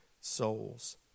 souls